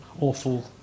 awful